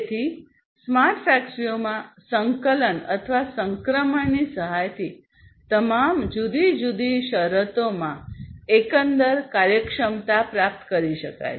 તેથી સ્માર્ટ ફેક્ટરીઓમાં સંકલન અથવા સંક્રમણની સહાયથી તમામ જુદી જુદી શરતોમાં એકંદર કાર્યક્ષમતા પ્રાપ્ત કરી શકાય છે